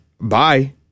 bye